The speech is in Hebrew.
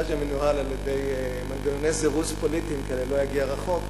צבא שמנוהל על-ידי מנגנוני זירוז פוליטיים לא יגיע רחוק.